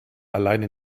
alleine